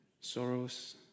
sorrows